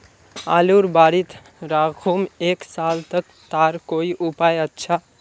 आलूर बारित राखुम एक साल तक तार कोई उपाय अच्छा?